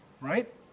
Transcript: right